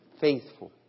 faithful